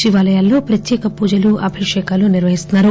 శివాలయాల్లో ప్రత్యేక పూజలు అభిషేకాలు నిర్వహిస్తున్నా రు